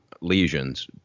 lesions